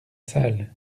sale